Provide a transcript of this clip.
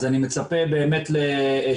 אז אני מצפה לשינוי,